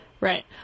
Right